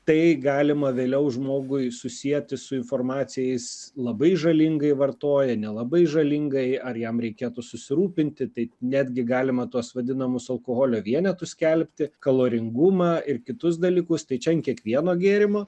tai galima vėliau žmogui susieti su informacija jis labai žalingai vartoja nelabai žalingai ar jam reikėtų susirūpinti tai netgi galima tuos vadinamus alkoholio vienetus skelbti kaloringumą ir kitus dalykus tai čia an kiekvieno gėrimo